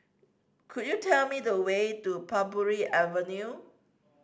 could you tell me the way to Parbury Avenue